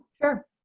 Sure